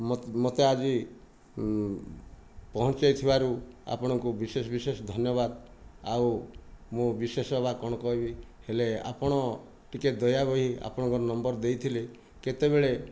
ମୋତେ ମୋତେ ଆଜି ପହଞ୍ଚାଇଥିବାରୁ ଆପଣଙ୍କୁ ବିଶେଷ ବିଶେଷ ଧନ୍ୟବାଦ ଆଉ ମୁଁ ବିଶେଷ ବା କ'ଣ କହିବି ହେଲେ ଆପଣ ଟିକିଏ ଦୟା ହୋଇ ଆପଣଙ୍କ ନମ୍ବର ଦେଇଥିଲେ କେତେବେଳେ